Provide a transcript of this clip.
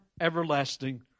everlasting